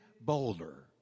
boulder